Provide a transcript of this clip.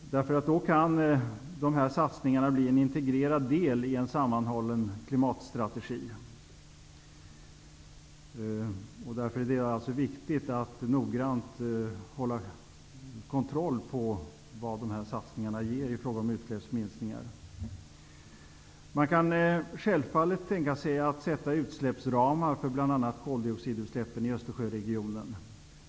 Då kan dessa satsningar bli en integrerad del i en sammanhållen klimatstrategi. Därför är det viktigt att man noggrant har kontroll på vad de här satsningarna har för effekt i fråga om utsläppsminskningar. Man kan självfallet tänka sig att sätta utsläppsramar för bl.a. koldioxidutsläppen i Östersjöregionen.